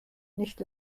nicht